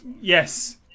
Yes